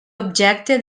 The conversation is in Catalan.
objecte